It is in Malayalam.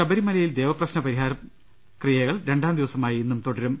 ശബരിമലയിൽ ദേവപ്രശ്ന പ്രിഫാരക്രിയകൾ രണ്ടാംദിവ സമായ ഇന്നും തുടരും